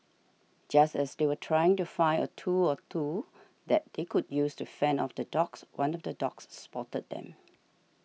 just as they were trying to find a tool or two that they could use to fend off the dogs one of the dogs spotted them